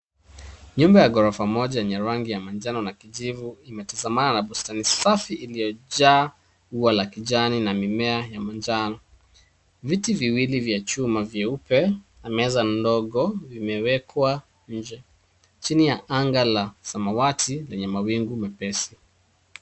Nyumba ya ghorofa moja yenye rangi ya manjano na kijivu, ikielekea bustani safi iliyojaa nyasi za kijani na mimea ya kinjano. Viti viwili vya chuma vyeupe na meza ndogo vimewekwa nje. Chini kuna sakafu ya mawe na maumbo ya kupendeza